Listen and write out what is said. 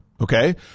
Okay